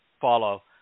follow